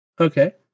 Okay